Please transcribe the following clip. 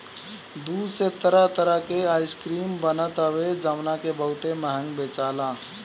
दूध से तरह तरह के आइसक्रीम बनत हवे जवना के बहुते महंग बेचाला